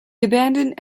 abandoned